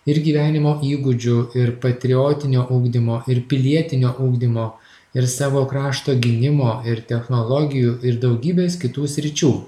ir gyvenimo įgūdžių ir patriotinio ugdymo ir pilietinio ugdymo ir savo krašto gynimo ir technologijų ir daugybės kitų sričių